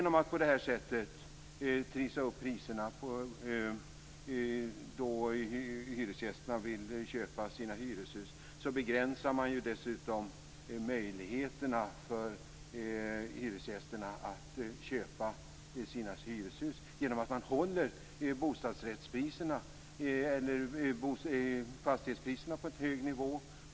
Om man på det här sättet trissar upp priserna då hyresgästerna vill köpa sina hyreshus begränsar man dessutom möjligheterna för hyresgästerna att köpa sina hyreshus genom att man håller fastighetspriserna på en hög nivå.